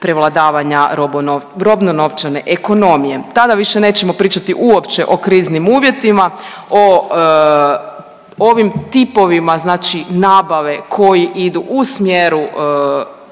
prevladavanja robno-novčane ekonomije, tada više nećemo pričati uopće o kriznim uvjetima, o ovim tipovima znači nabave koji idu u smjeru